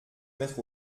mettre